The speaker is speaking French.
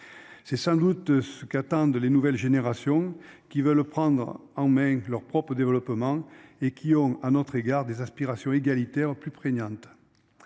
C'est sans doute ce qu'attendent les nouvelles générations. Qui veut le prendre en main leur propre développement et qui ont à notre égard des aspirations égalitaires plus prégnante.